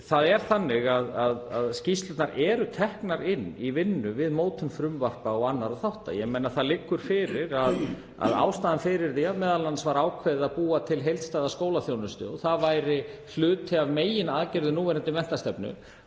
Það er þannig að skýrslurnar eru teknar inn í vinnu við mótun frumvarpa og annarra þátta. Það liggur fyrir að ein af ástæðunum fyrir því að ákveðið var að búa til heildstæða skólaþjónustu, að það væri hluti af meginaðgerðum núverandi menntastefnu,